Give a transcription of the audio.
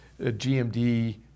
GMD